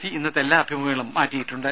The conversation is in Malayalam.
സി ഇന്നത്തെ എല്ലാ അഭിമുഖങ്ങളും മാറ്റിയിട്ടുണ്ട്